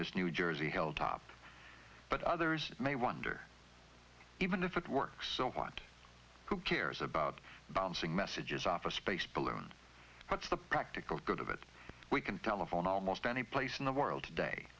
this new jersey hilltop but others may wonder even if it works so what who cares about bouncing messages off a space balloon what's the practical good of it we can telephone almost any place in the world today